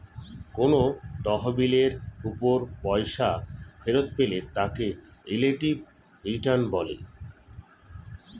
কোন তহবিলের উপর পয়সা ফেরত পেলে তাকে রিলেটিভ রিটার্ন বলে